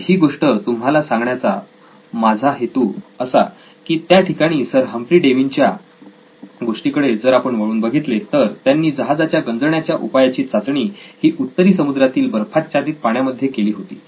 तर ही गोष्ट तुम्हाला सांगण्याचा माझा हेतू असा की त्याठिकाणी सर हम्फ्री डेवी यांच्या गोष्टीकडे जर आपण वळून बघितले तर त्यांनी जहाजाच्या गंजण्याच्या उपायाची चाचणी ही उत्तरी समुद्रातील बर्फाच्छादित पाण्यामध्ये केली होती